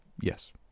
Yes